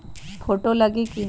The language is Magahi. फोटो लगी कि?